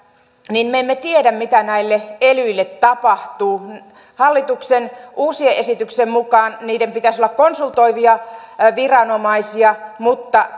niin me emme tiedä mitä näille elyille tapahtuu hallituksen uusien esityksien mukaan niiden pitäisi olla konsultoivia viranomaisia mutta